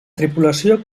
tripulació